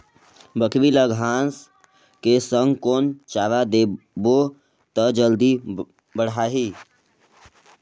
बकरी ल घांस के संग कौन चारा देबो त जल्दी बढाही?